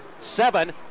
seven